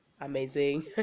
Amazing